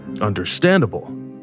Understandable